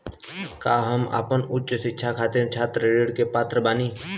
का हम आपन उच्च शिक्षा के खातिर छात्र ऋण के पात्र बानी?